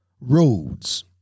roads